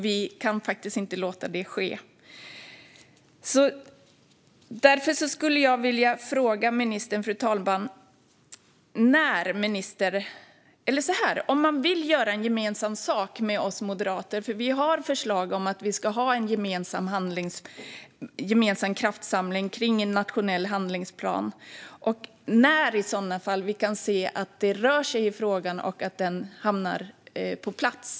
Vi kan inte låta det ske. Därför, fru talman, skulle jag vilja ställa två frågor till ministern. Vill man göra gemensam sak med oss moderater, för vi har förslag om en gemensam kraftsamling kring en nationell handlingsplan? Och när kan vi i så fall se att det rör sig i frågan och att den hamnar på plats?